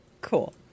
Cool